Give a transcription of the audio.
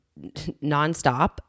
nonstop